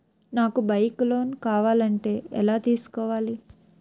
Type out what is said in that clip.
నాకు bike loan కావాలంటే ఎలా తీసుకోవాలి?